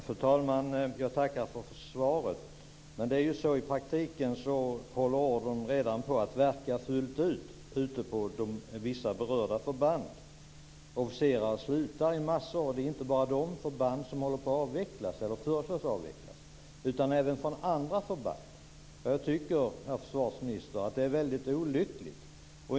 Fru talman! Jag tackar för svaret. Men i praktiken håller ordern redan på att verka fullt ut ute på vissa berörda förband. Mängder av officerare slutar, och det gäller inte bara de förband som föreslås bli avvecklade utan även andra förband. Jag tycker, herr försvarsminister, att detta är väldigt olyckligt.